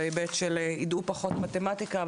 בהיבט שידעו פחות מתמטיקה,